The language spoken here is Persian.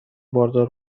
باردار